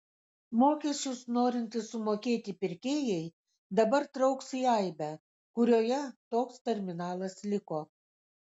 mokesčius norintys sumokėti pirkėjai dabar trauks į aibę kurioje toks terminalas liko